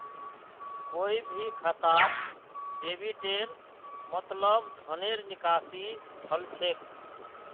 कोई भी खातात डेबिटेर मतलब धनेर निकासी हल छेक